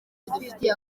bidufitiye